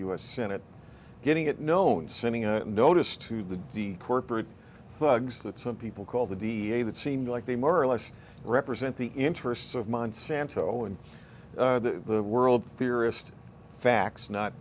s senate getting it known sending a notice to the corporate thugs that some people call the da that seemed like they more or less represent the interests of monsanto and the world theorist facts not